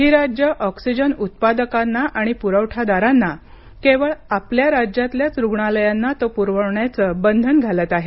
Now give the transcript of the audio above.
ही राज्यं ऑक्सीजन उत्पादकांना आणि पुरवठादारांना केवळ आपल्या राज्यातल्याच रुग्णालयांना तो पुरवण्याचं बंधन घालत आहेत